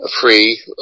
free